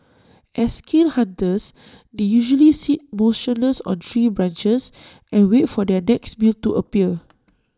as skilled hunters they usually sit motionless on tree branches and wait for their next meal to appear